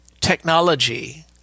technology